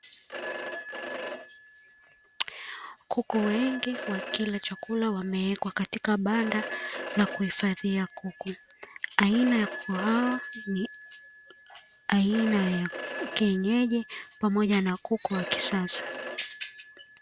Kuku wengi wakila chakula wamewekwa katika banda la kuhifadhia kuku, aina ya kuku hawa ni ya kuku wa kienyeji pamoja na kuku wa kisasa.